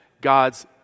God's